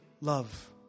love